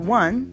one